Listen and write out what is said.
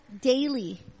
daily